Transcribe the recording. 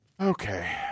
Okay